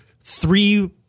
three